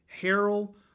Harold